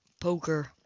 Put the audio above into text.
Poker